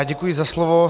Děkuji za slovo.